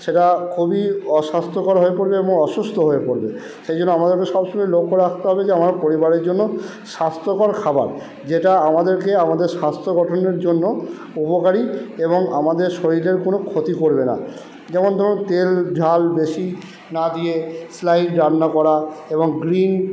সেটা খুবই অস্বাস্থ্যকর হয়ে পড়বে এবং অসুস্থ হয়ে পড়বে সেই জন্য আমাদেরকে সবসময় লক্ষ্য রাখতে হবে যে আমার পরিবারের জন্য স্বাস্থ্যকর খাবার যেটা আমাদেরকে আমাদের স্বাস্থ্য গঠনের জন্য উপকারী এবং আমাদের শরীরের কোনো ক্ষতি করবে না যেমন ধরুন তেল ঝাল বেশি না দিয়ে স্লাইট রান্না করা এবং গ্রিন